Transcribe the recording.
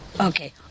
Okay